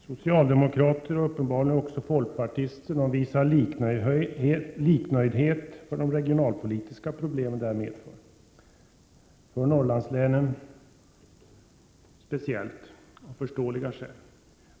Socialdemokrater, och uppenbarligen också folkpartister, visar liknöjdhet för de regionalpolitiska problem som detta medför, speciellt i fråga om Norrlandslänen. Skälen till detta är förståeliga.